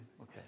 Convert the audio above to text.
Okay